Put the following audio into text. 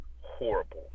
horrible